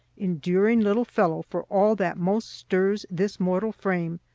enduring little fellow for all that most stirs this mortal frame?